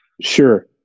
Sure